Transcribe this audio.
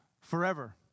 forever